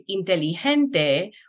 inteligente